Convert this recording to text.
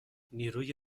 نیروی